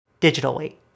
digitally